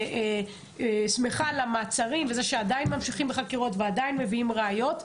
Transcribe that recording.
אני שמחה על המעצרים ועל זה שעדיין ממשיכים בחקירות ומביאים ראיות.